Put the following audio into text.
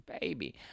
baby